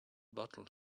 bottle